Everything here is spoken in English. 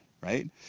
right